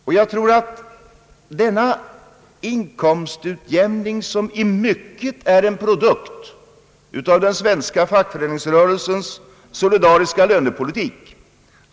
Och jag tror att denna inkomstutjämning i mycket är en produkt av den svenska fackföreningsrörelsens solidariska lönepolitik.